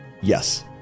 yes